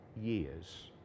years